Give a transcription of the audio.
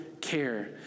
care